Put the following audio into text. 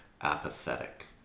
apathetic